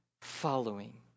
following